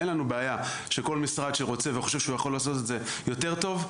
אין לנו בעיה שכל משרד שרוצה וחושב שהוא יכול לעשות את זה יותר טוב,